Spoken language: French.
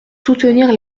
soutenir